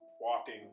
walking